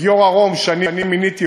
גיורא רום, שמיניתי,